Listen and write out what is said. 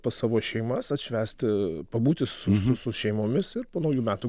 pas savo šeimas atšvęsti pabūti su su šeimomis ir po naujų metų